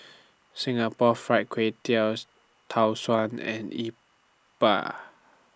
Singapore Fried Kway Tiao Tau Suan and Yi Bua